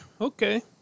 okay